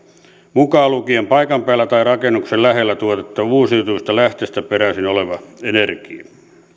mukaan lukien paikan päällä tai rakennuksen lähellä tuotettu uusiutuvista lähteistä peräisin oleva energia